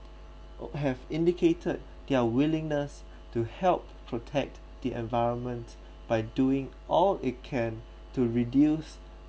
all have indicated their willingness to help protect the environment by doing all it can to reduce